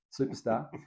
superstar